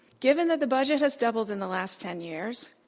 given that the budget has doubled in the last ten years,